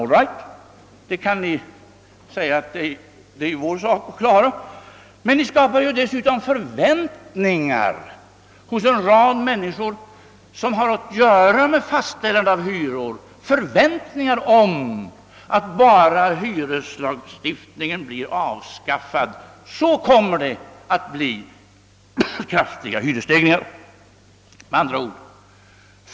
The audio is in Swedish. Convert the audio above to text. AM right, kan ni säga, det är vår sak att klara det. Men ni skapar dessutom förväntningar hos en rad människor som har att göra med fastställande av hyror — förväntningar om kraftiga hyresstegringar därest bara hyresregleringen avskaffas.